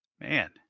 Man